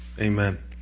amen